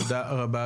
תודה רבה,